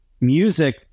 music